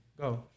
Go